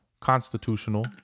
constitutional